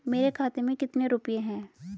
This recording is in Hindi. मेरे खाते में कितने रुपये हैं?